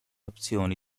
opzioni